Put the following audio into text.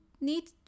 need